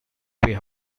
way